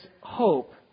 hope